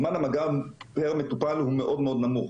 זמן המגע בין מטופל הוא מאוד מאוד נמוך.